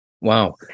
Wow